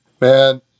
Man